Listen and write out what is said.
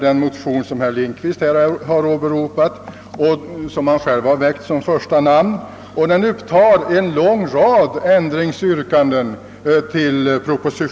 Den motion, som herr Lindkvist åberopade och för vilken han står som huvudmotionär, upptar en lång rad ändringsyrkanden.